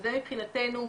וזה מבחינתנו,